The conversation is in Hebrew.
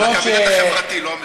אבל הקבינט החברתי, לא המדיני.